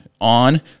On